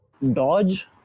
Dodge